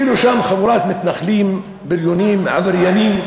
הגיעה לשם חבורת מתנחלים, בריונים, עבריינים,